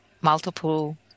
multiple